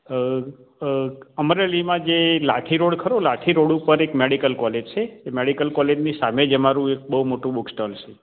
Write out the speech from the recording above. અમરેલીમાં જે લતહીરોડ ખરોન લાઠી રોડ ઉપર એક મેડિકલ કોલેજ છે એ મેડિકલ કોલેજની સામે જ અમારું બઉ મોટું બુક સ્ટોલ છે